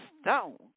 stone